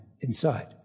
inside